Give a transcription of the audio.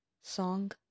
song